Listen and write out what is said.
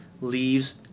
leaves